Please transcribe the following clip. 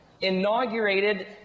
inaugurated